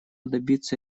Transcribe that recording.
добиться